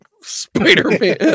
Spider-Man